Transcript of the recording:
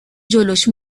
جلوش